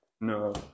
No